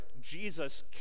Jesus